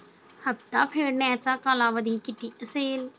हप्ता फेडण्याचा कालावधी किती असेल?